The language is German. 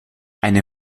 eine